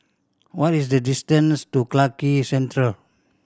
what is the distance to Clarke Quay Central